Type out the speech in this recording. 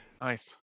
nice